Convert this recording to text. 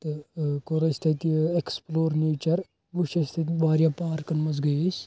تہٕ ٲں کوٚر اسہِ تتہِ ایٚکٕسپٕلور نیچر وُچھ اسہِ تتہِ واریاہ پارکَن مَنٛز گٔے أسۍ